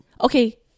okay